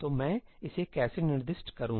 तो मैं इसे कैसे निर्दिष्ट करूं